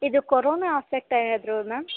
ಇದು corona affect ಏನಾದರೂ ma'am